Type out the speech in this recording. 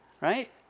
right